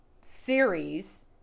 series